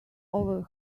over